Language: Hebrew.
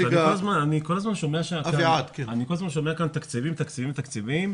אני כל הזמן שומע כאן: תקציבים, תקציבים, תקציבים.